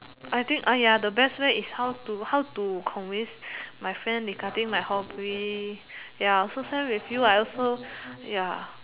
I think ah ya the best way is how to how to convince my friend regarding my hobby ya I also same with you I also ya